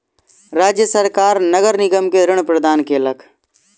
राज्य सरकार नगर निगम के ऋण प्रदान केलक